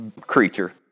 creature